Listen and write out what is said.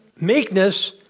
meekness